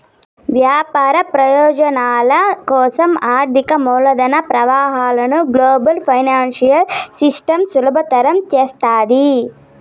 వ్యాపార ప్రయోజనాల కోసం ఆర్థిక మూలధన ప్రవాహాలను గ్లోబల్ ఫైనాన్సియల్ సిస్టమ్ సులభతరం చేస్తాది